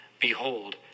Behold